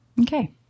okay